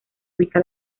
ubica